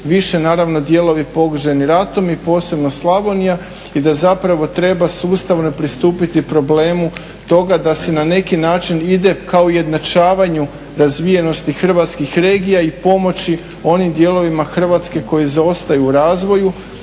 više naravno dijelovi pogođeni ratom i posebno Slavonija i da zapravo treba sustavno pristupiti problemu toga da se na neki način ide ka ujednačavanju razvijenosti hrvatskih regija i pomoći onim dijelovima Hrvatske koji zaostaju u razvoju